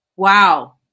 Wow